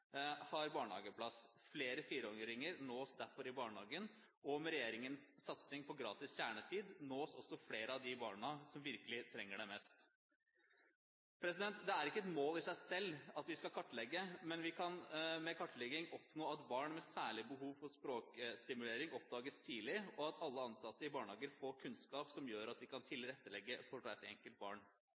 har barnehageplass. Flere fireåringer nås derfor i barnehagen, og med regjeringens satsning på gratis kjernetid nås også flere av de barna som virkelig trenger det mest. Det er ikke et mål i seg selv at vi skal kartlegge, men med kartlegging kan vi oppnå at barn med særskilt behov for språkstimulering oppdages tidlig, og at alle ansatte i barnehager får kunnskap som gjør at de kan tilrettelegge for hvert enkelt barn.